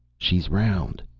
she's round,